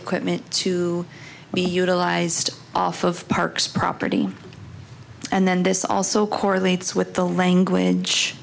equipment to be utilized off of parks property and then this also correlates with the language